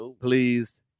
Please